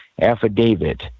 affidavit